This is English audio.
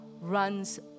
runs